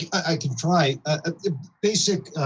i can try. the basic,